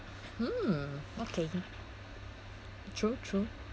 hmm okay true true